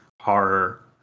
horror